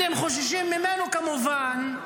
אתם חוששים ממנו, כמובן,